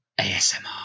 ASMR